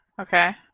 Okay